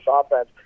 offense